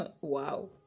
Wow